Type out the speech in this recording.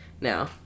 Now